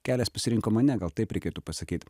kelias pasirinko mane gal taip reikėtų pasakyt